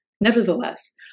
Nevertheless